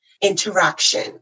interaction